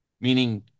meaning